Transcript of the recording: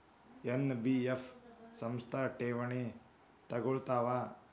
NBF ಸಂಸ್ಥಾ ಠೇವಣಿ ತಗೋಳ್ತಾವಾ?